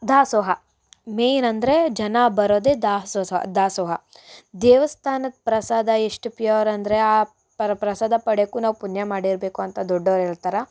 ದಾಸೋಹ ಮೇನ್ ಅಂದರೆ ಜನ ಬರೋದೆ ದಾಸೋಹ ದಾಸೋಹ ದೇವಸ್ಥಾನದ ಪ್ರಸಾದ ಎಷ್ಟು ಪ್ಯೂರ್ ಅಂದರೆ ಆ ಪರ ಪ್ರಸಾದ ಪಡೆಯಕ್ಕೂ ನಾವು ಪುಣ್ಯ ಮಾಡಿರಬೇಕು ಅಂತ ದೊಡ್ಡವ್ರು ಹೇಳ್ತಾರೆ